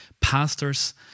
pastors